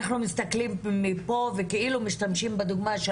אנחנו מסתכלים מפה ומשתמשים בדוגמה של